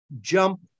jump